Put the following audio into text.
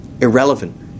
irrelevant